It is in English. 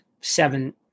seven